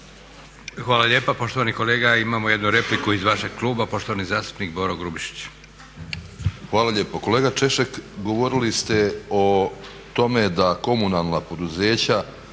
Hvala lijepa. Poštovani kolega imamo jednu repliku iz vašeg kluba, poštovani zastupnik Boro Grubišić. **Grubišić, Boro (HDSSB)** Hvala lijepo, kolega Češek govorili ste o tome da komunalna poduzeća